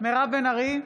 מירב בן ארי,